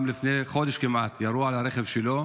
גם לפני כמעט חודש ירו על הרכב שלו,